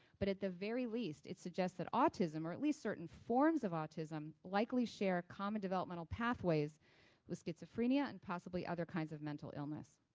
but at the very least, it suggests that autism or at least certain forms of autism likely share common developmental pathways with schizophrenia and possibly other kinds of mental illness.